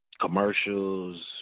commercials